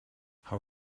how